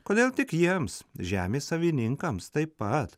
kodėl tik jiems žemės savininkams taip pat